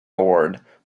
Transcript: award